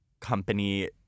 company